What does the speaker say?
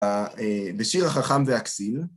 בשיר החכם והכסיל.